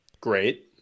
Great